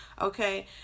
okay